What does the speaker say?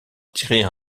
tirer